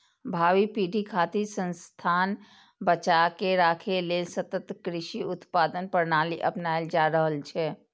भावी पीढ़ी खातिर संसाधन बचाके राखै लेल सतत कृषि उत्पादन प्रणाली अपनाएल जा रहल छै